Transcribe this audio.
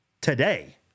today